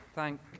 Thank